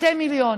2 מיליון.